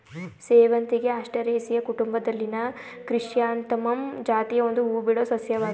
ಸೇವಂತಿಗೆ ಆಸ್ಟರೇಸಿಯಿ ಕುಟುಂಬದಲ್ಲಿನ ಕ್ರಿಸ್ಯಾಂಥಮಮ್ ಜಾತಿಯ ಒಂದು ಹೂಬಿಡೋ ಸಸ್ಯವಾಗಯ್ತೆ